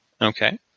Okay